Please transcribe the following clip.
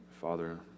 Father